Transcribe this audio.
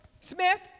Smith